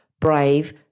brave